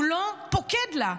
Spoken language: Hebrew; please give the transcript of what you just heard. הוא לא פוקד לה.